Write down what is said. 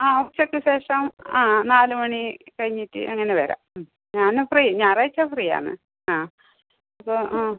ആ ഉച്ചക്ക് ശേഷം ആ നാല് മണി കഴിഞ്ഞിട്ട് അങ്ങനെ വരാം ഞാനപ്പോൾ ഞായറാഴ്ച്ച ഫ്രീയാണ് ആ അപ്പോൾ ആ